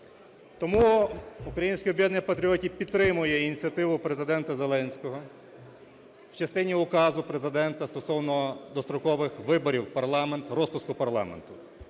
Тому "Українське об'єднання патріотів" підтримує ініціативу Президента Зеленського в частині Указу Президента стосовно дострокових виборів парламенту, розпуску парламенту.